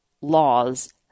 laws